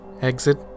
exit